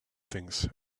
things